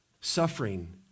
suffering